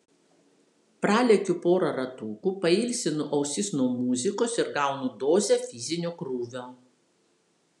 pralekiu porą ratukų pailsinu ausis nuo muzikos ir gaunu dozę fizinio krūvio